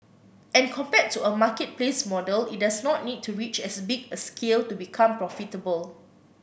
and compared to a marketplace model it does not need to reach as big a scale to become profitable